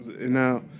Now